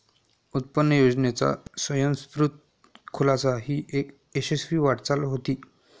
उत्पन्न योजनेचा स्वयंस्फूर्त खुलासा ही एक यशस्वी वाटचाल होती